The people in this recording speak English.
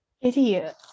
idiot